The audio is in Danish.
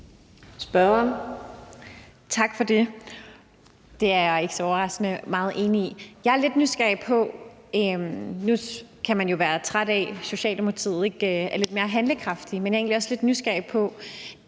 (EL): Tak for det. Det er jeg ikke overraskende meget enig i. Nu kan man jo være træt af, at Socialdemokratiet ikke er lidt mere handlekraftig, men jeg er egentlig også lidt nysgerrig i